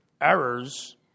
errors